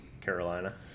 Carolina